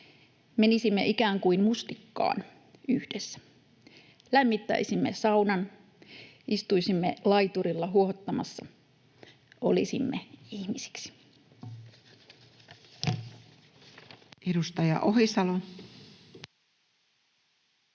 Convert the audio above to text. Menisimme ikään kuin mustikkaan yhdessä. Lämmittäisimme saunan. Istuisimme laiturilla huohottamassa. Olisimme ihmisiksi.” [Speech